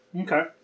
Okay